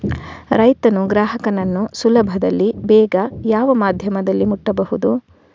ರೈತನು ಗ್ರಾಹಕನನ್ನು ಸುಲಭದಲ್ಲಿ ಬೇಗ ಯಾವ ಮಾಧ್ಯಮದಲ್ಲಿ ಮುಟ್ಟಬಹುದು?